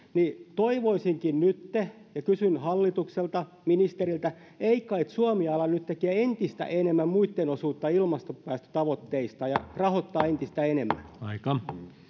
toivoisinkin nytten ja kysyn hallitukselta ministeriltä ei kai suomi ala nyt tekemään entistä enemmän muitten osuutta ilmastopäästötavoitteista ja rahoittaa entistä enemmän